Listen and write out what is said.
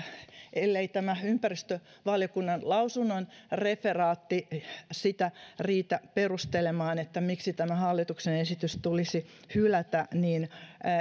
ellei tämä ympäristövaliokunnan lausunnon referaatti sitä riitä perustelemaan miksi tämä hallituksen esitys tulisi hylätä niin